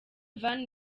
van